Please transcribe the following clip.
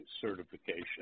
certification